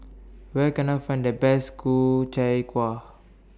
Where Can I Find The Best Ku Chai Kueh